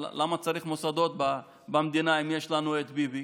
למה צריך מוסדות במדינה אם יש לנו את ביבי?